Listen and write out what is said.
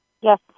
yes